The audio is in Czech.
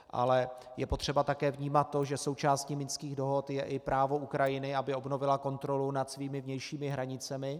Ale je potřeba také vnímat to, že součástí minských dohod je i právo Ukrajiny, aby obnovila kontrolu nad svými vnějšími hranicemi.